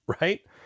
right